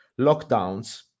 lockdowns